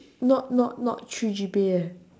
not not not three G_P_A eh